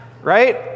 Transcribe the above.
Right